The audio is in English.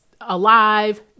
alive